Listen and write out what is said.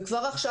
כבר עכשיו,